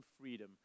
freedom